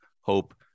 hope